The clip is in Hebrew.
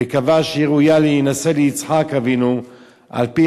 וקבע שהיא ראויה להינשא ליצחק אבינו על-פי